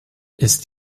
ist